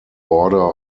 order